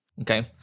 Okay